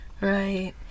Right